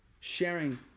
sharing